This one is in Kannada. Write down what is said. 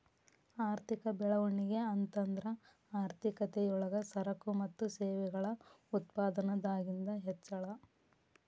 ಆರ್ಥಿಕ ಬೆಳವಣಿಗೆ ಅಂತಂದ್ರ ಆರ್ಥಿಕತೆ ಯೊಳಗ ಸರಕು ಮತ್ತ ಸೇವೆಗಳ ಉತ್ಪಾದನದಾಗಿಂದ್ ಹೆಚ್ಚಳ